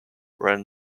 when